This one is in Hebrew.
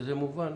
שזה מובן.